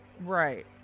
Right